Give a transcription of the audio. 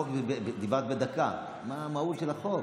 דיברת דקה, מה המהות של החוק?